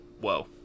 whoa